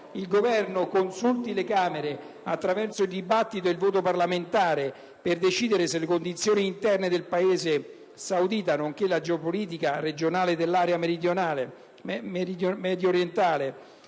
il Governo consulti le Camere attraverso il dibattito ed il voto parlamentare per decidere se le condizioni interne al Paese saudita nonché la geopolitica regionale dell'area mediorientale